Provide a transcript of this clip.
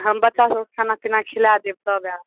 हम बच्चा सबके खाना पिना खिला देब तब आयब